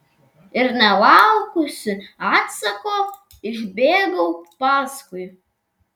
ir nelaukusi atsako išbėgau paskui